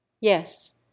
Yes